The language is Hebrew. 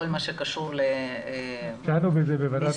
כל מה שקשור למסים --- דנו בזה בוועדת